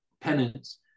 penance